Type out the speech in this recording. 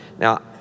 Now